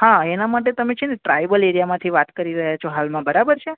હા એના માટે તમે છે ને ટ્રાયબલ એરિયામાંથી વાત કરી રહ્યા છો હાલમાં બરાબર છે